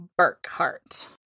burkhart